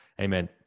Amen